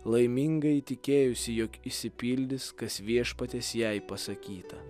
laimingai įtikėjusi jog išsipildys kas viešpaties jai pasakyta